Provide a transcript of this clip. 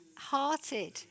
hearted